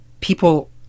people